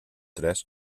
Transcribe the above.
tres